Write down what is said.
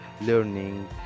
learning